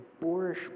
boorish